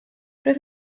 rwyf